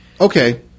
Okay